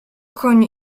koń